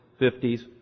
50s